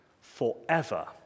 forever